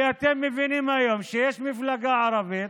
כי אתם מבינים היום שיש מפלגה ערבית